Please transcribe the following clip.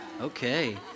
Okay